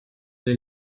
sie